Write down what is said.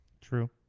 True